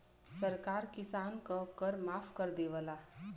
सरकार किसान क कर माफ कर देवला